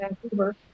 Vancouver